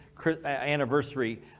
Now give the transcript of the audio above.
anniversary